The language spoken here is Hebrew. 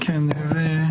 הציבורית.